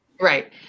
Right